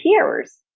peers